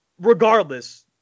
regardless